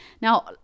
now